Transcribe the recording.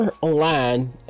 Online